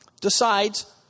decides